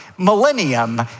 millennium